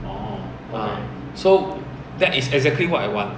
so that is exactly what I want